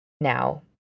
now